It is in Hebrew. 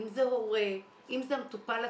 אם זה הורה, אם זה המטופל עצמו,